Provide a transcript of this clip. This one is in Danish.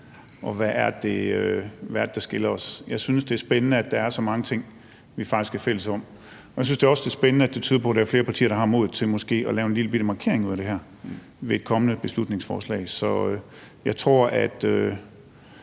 og hvad det er, der skiller os. Jeg synes, det er spændende, at der er så mange ting, vi faktisk er fælles om. Jeg synes også, det er spændende, at det tyder på, at der er flere partier, der har modet til måske at lave en lillebitte markering ud af det her ved et kommende beslutningsforslag. Så jeg tror måske